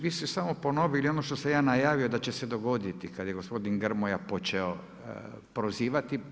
Vi ste samo ponovili ono što sam ja najavio da će se dogoditi kad je gospodin Grmoja počeo prozivati.